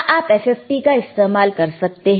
क्या आप FFT का इस्तेमाल कर सकते हैं